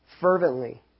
Fervently